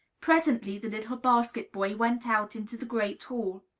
presently the little basket-boy went out into the great hall.